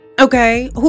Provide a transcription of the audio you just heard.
Okay